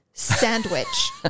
Sandwich